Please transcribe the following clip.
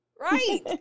Right